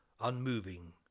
unmoving